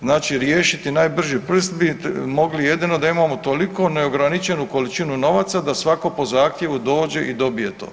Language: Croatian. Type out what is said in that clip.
Znači, riješiti najbrži prst bi mogli jedino da imamo toliko neograničenu količinu novaca da svatko po zahtjevu dođe i dobije to.